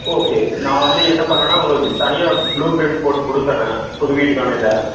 okay நான் வந்து என்ன பண்ணேன்னா உங்களுக்கு தனியாக ப்ளூ பிரிண்ட் போட்டு கொடுத்தறேன் புது வீட்டுக்கான இதை